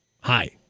Hi